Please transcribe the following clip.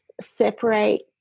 separate